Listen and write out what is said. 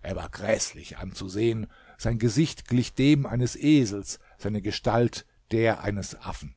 er war gräßlich anzusehen sein gesicht glich dem eines esels seine gestalt der eines affen